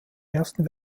ersten